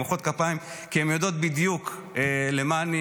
הן מוחאות כפיים כי הן יודעת בדיוק למה אני